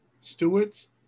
stewards